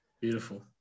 beautiful